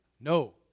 No